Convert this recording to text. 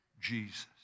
Jesus